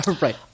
Right